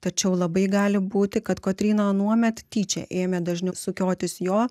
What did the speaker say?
tačiau labai gali būti kad kotryna anuomet tyčia ėmė dažniau sukiotis jo